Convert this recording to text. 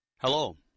Hello